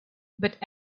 but